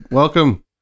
Welcome